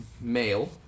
male